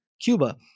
Cuba